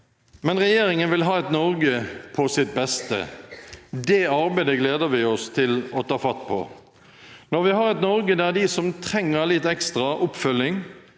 men regjeringen vil ha et Norge på sitt beste. Det arbeidet gleder vi oss til å ta fatt på. Når vi har et Norge der de som trenger litt ekstra oppfølging,